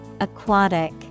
Aquatic